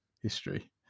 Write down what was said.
history